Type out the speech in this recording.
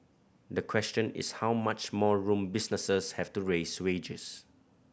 the question is how much more room businesses have to raise wages